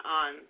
on